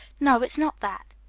no, it's not that!